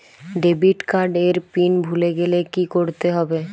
Debit card এর PIN ভুলে গেলে কি করতে হবে?